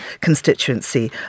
constituency